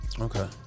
okay